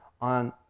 on